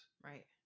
right